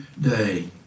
day